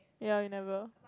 ya we never